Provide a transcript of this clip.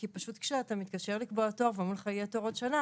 כי פשוט כשאתה מתקשר לקבוע תור ואומרים לך שיהיה תור בעוד שנה,